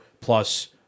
plus